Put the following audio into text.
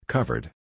Covered